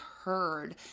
heard